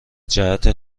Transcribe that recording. جهت